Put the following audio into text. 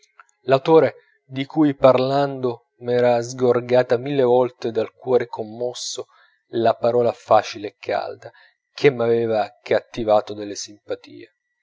l'autore di cui parlando m'era sgorgata mille volte dal cuore commosso la parola facile e calda che m'aveva cattivato delle simpatie